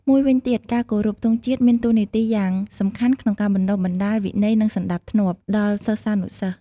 មួយវិញទៀត ការគោរពទង់ជាតិមានតួនាទីយ៉ាងសំខាន់ក្នុងការបណ្តុះបណ្តាល វិន័យ និងសណ្តាប់ធ្នាប់ ដល់សិស្សានុសិស្ស។